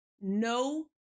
no